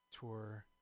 tour